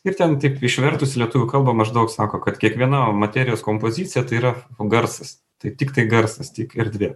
ir ten taip išvertus į lietuvių kalbą maždaug sako kad kiekviena materijos kompozicija tai yra o garsas tai tiktai garsas tik erdvė